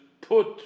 put